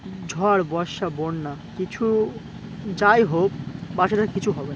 ঝড় বর্ষা বন্যা কিছু যাই হোক বাসাটার কিছু হবে না